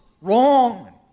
wrong